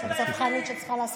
אתה טועה.